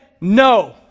no